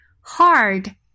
Hard